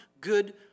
good